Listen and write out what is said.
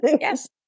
Yes